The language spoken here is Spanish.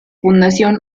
fundación